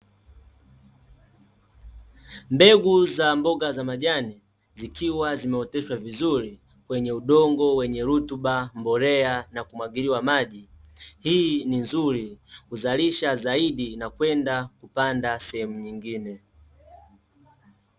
Mbegu za mboga za majani, zikiwa zimeoteshwa vizuri kwenye udongo wenye rutuba, mbolea na kumwagiliwa maji, hii ni nzuri huzalisha zaidi na kwenda kupanda sehemu nyingine.